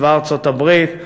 צבא ארצות-הברית,